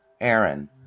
Aaron